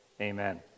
Amen